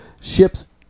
ships